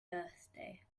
birthday